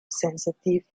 sensitive